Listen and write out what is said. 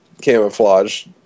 camouflage